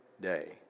day